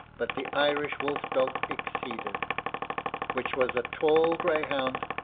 but the irish wolf-dog exceeded which was a tall greyhound,